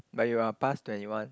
but you are past twenty one